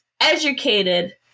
educated